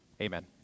amen